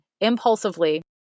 impulsively